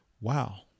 wow